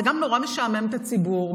זה גם נורא משעמם את הציבור.